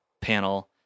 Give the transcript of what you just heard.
panel